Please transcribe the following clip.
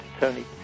Tony